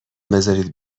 بزارید